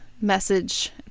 message